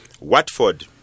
Watford